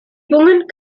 übungen